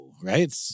right